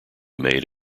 made